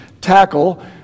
tackle